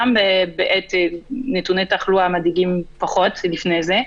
גם בעת נתוני תחלואה מדאיגים פחות לפני זה.